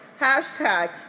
Hashtag